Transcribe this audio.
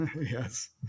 Yes